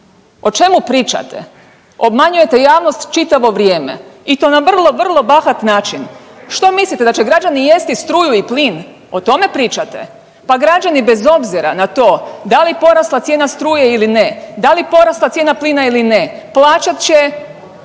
O čemu pričate? Obmanjujete javnost čitavo vrijeme i to na vrlo, vrlo bahat način. Što mislite da će građani jesti struju i plin, o tome pričate? Pa građani bez obzira na to da li porasla cijena struje ili ne, da li porasla cijena plina ili ne plaćat će